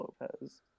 Lopez